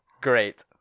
Great